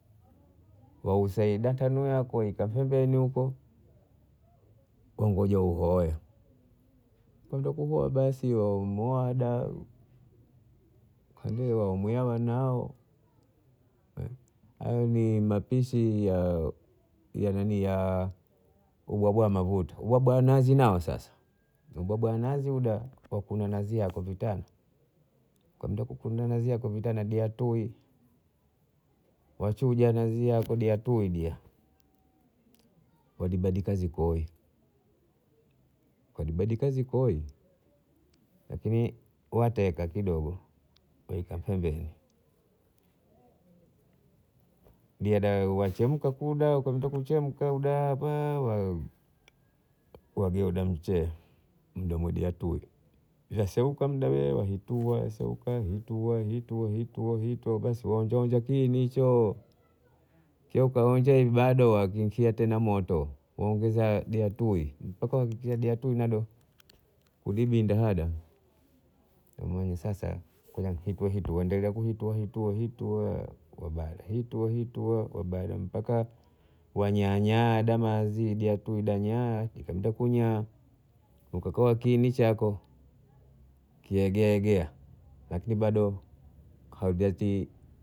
Wausena data mwae waita pembeni huko wangoja uoe kwenda kuoa basi mwada wamwela wanao hayo ni mapishi ya wania ubwabwa wa maguta wanazi nao sasa ubwabwa wa nazi wa kuna nazi yako kunda kukuna nazi yako vitana dia tui wachuja nazi yako dia tui dia walibandika zikoni walibandika zikoni lakini wateka kidogo waweka pembeni diadayo wachemka kuda kuda kuchemka wee wadeuka mchee muda wakudia tui waseuka muda wee wahitua waseuka wahitua waseuka wahitua wahitua waonja onja kiini hicho kikaonja ibado watia tena moto waongeza juu ya tui mpaka juu ya tui bado kulibinda dahada waona sasa kuna kitu wahitua hitua hitua mpaka wanyaa nyaa wazidia tui wanyaa wakienda kunyaa wakionja kiini chako kiegeea egea lakini bado hauja chiiva